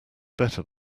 better